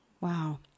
Wow